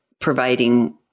providing